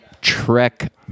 trek